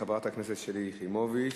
חברת הכנסת שלי יחימוביץ,